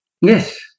Yes